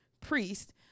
priest